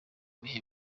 bihe